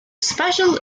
special